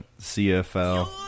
CFL